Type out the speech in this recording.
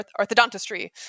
orthodontistry